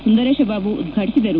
ಸುಂದರೇಶ ಬಾಬು ಉದ್ಘಾಟಿಸಿದರು